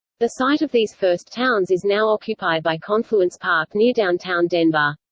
the site of these first towns is now occupied by confluence park near downtown denver.